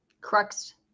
Crux